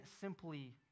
simply